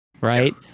right